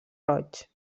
roig